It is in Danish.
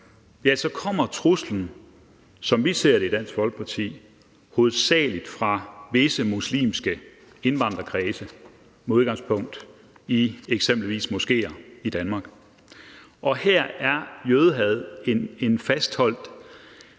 kommer truslen, som vi ser det i Dansk Folkeparti, hovedsagelig fra visse muslimske indvandrerkredse med udgangspunkt i eksempelvis moskeer i Danmark. Her er jødehad en fastholdt